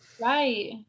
Right